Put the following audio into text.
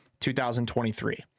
2023